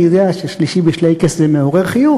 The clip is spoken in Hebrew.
אני יודע ש"שלישי בשלייקעס" זה מעורר חיוך,